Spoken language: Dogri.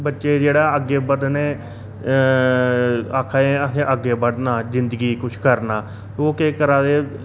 बच्चे जेह्ड़े ऐ अग्गै बधने आक्खा दे असें अग्गै बधना जिंदगी च किश करना ओह् केह् करा दे